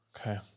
Okay